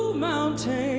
mountains.